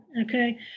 Okay